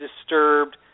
disturbed